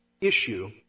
issue